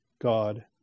God